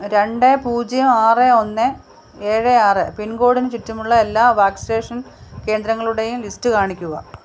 രണ്ട് പൂജ്യം ആറ് ഒന്ന് ഏഴ് ആറ് പിൻകോഡിന് ചുറ്റുമുള്ള എല്ലാ വാക്സിനേഷൻ കേന്ദ്രങ്ങളുടെയും ലിസ്റ്റ് കാണിക്കുക